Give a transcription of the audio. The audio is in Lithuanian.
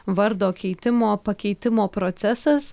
vardo keitimo pakeitimo procesas